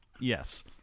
Yes